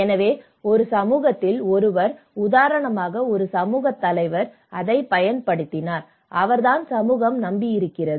எனவே ஒரு சமூகத்தில் ஒருவர் உதாரணமாக ஒரு சமூகத் தலைவர் அதைப் பயன்படுத்தினார் அவர் தான் சமூகம் நம்பியிருக்கிறது